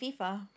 FIFA